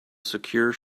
secure